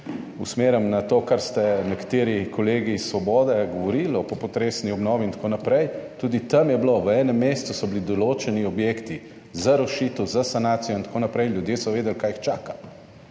usmerim na to, kar ste nekateri kolegi iz Svobode govorili o popotresni obnovi. Tudi tam je bilo, v enem mesecu, so bili določeni objekti za rušitev, za sanacijo itn. in ljudje so vedeli, kaj jih čaka.